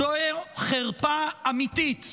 זוהי חרפה אמיתית.